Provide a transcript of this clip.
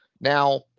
Now